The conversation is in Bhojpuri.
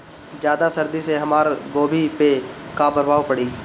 ज्यादा सर्दी से हमार गोभी पे का प्रभाव पड़ी?